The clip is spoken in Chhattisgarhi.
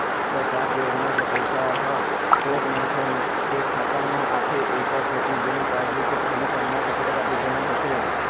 सरकार के योजना के पइसा ह सोझ मनखे के खाता म आथे एकर सेती बेंक पासबूक के पहिली पन्ना के फोटोकापी देना होथे